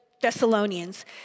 Thessalonians